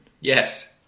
Yes